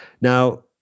Now